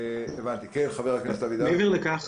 מעבר לכך,